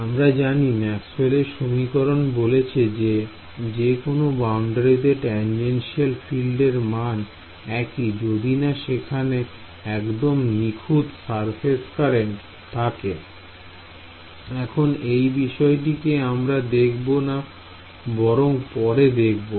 আমরা জানি ম্যাক্সওয়েল সমীকরণ বলছে যে যেকোনো বাউন্ডারিতে টানজেনশিয়াল ফিল্ডের মান একি যদি না সেখানে একদম নিখুঁত সারফেস কারেন্ট থাকে এখন এই বিষয়টিকে আমরা দেখব না বরং পরে দেখবো